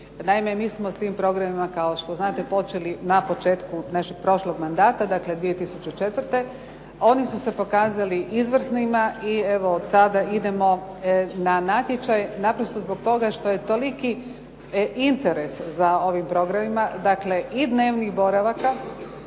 Naime, mi smo s tim programima kao što znate počeli na početku našeg prošlog mandata, znači 2004., oni su se pokazali izvrsnima i evo od tada idemo na natječaj naprosto zbog toga što je toliki interes za ovim programima i dnevnih boravaka